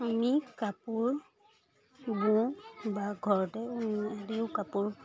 আমি কাপোৰ বওঁ বা ঘৰতে দিওঁ কাপোৰ